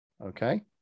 Okay